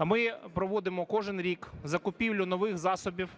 Ми проводимо кожен рік закупівлю нових засобів